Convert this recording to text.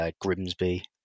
Grimsby